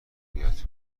بیاد